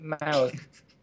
mouth